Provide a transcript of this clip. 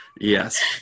Yes